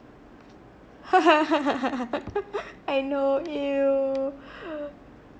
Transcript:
I know !eww!